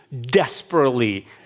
desperately